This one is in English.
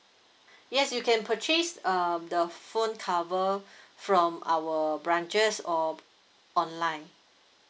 yes you can purchase um the phone cover from our branches or online